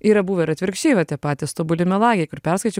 yra buvę ir atvirkščiai va tie patys tobuli melagiai kur perskaičiau